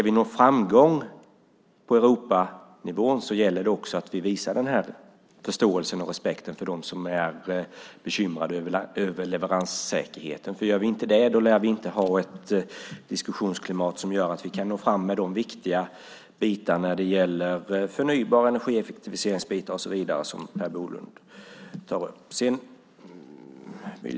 Om vi ska ha framgång på Europanivå gäller det att vi visar den här förståelsen och respekten för dem som är bekymrade över leveranssäkerheten. Om vi inte gör det lär vi inte ha ett diskussionsklimat som gör att vi kan nå fram med de viktiga delar som handlar om förnybar energieffektivisering som Per Bolund tar upp.